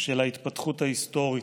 של ההתפתחות ההיסטורית"